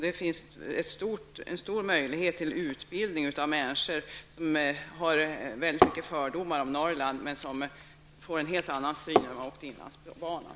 Det finns en stor möjlighet till upplysning av människor som har mycket fördomar om Norrland. De får en helt annan syn när de har åkt med inlandsbanan.